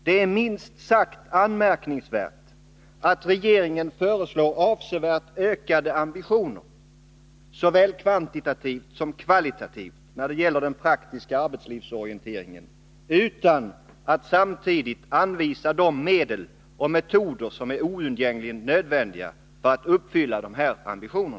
Det är minst sagt anmärkningsvärt att regeringen föreslår avsevärt ökade ambitioner — såväl kvantitativt som kvalitativt — när det gäller 65 den praktiska arbetslivsorienteringen utan att samtidigt anvisa de medel och metoder som är oundgängligen nödvändiga för att förverkliga dessa ambitioner.